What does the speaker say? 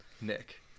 Nick